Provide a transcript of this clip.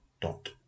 dot